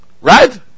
right